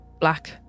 black